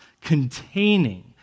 containing